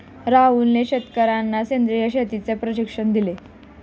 राहुलने शेतकर्यांना सेंद्रिय शेतीचे प्रशिक्षण दिले